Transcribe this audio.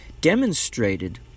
demonstrated